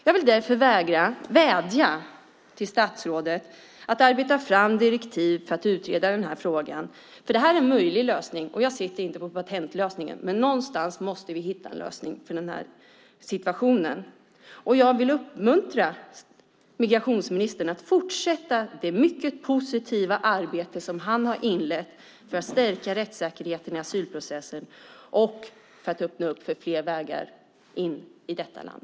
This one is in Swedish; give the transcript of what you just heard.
Jag vill därför vädja till statsrådet att arbeta fram direktiv för att utreda denna fråga. Detta är en möjlig lösning. Jag sitter inte med patentlösningen, men någonstans måste vi hitta en lösning på denna situation. Jag vill uppmuntra migrationsministern att fortsätta det mycket positiva arbete han har inlett för att stärka rättssäkerheten i asylprocessen och öppna upp för fler vägar in i detta land.